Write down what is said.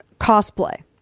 cosplay